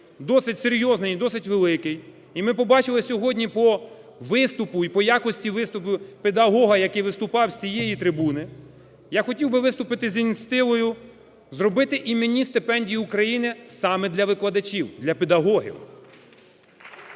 досить серйозний і досить великий і ми побачили сьогодні по виступу і по якості виступу педагога, який виступав з цієї трибуни, я хотів би виступити з ініціативою зробити іменні стипендії України саме для викладачів, для педагогів.